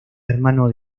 hermano